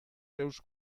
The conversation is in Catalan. seus